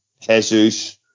Jesus